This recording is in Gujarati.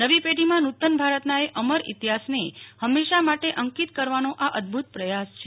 નવી પેઢીમાં નૂતન ભારતના એ અમર ઈતિહાસને હંમેશા માટે અંકિત કરવાનો આ અદભુત પ્રયાસ છે